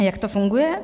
Jak to funguje?